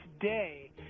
today